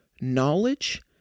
knowledge